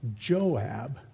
Joab